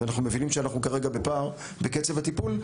ואנחנו מבינים שאנחנו כרגע בפער בקצב הטיפול,